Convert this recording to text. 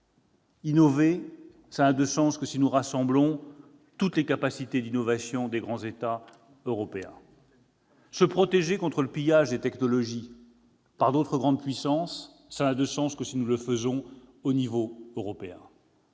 Innover n'a de sens que si nous rassemblons toutes les capacités d'innovation des grands États européens. Se protéger contre le pillage des technologies par d'autres grandes puissances n'a de sens que si nous le faisons à l'échelon européen.